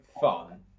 fun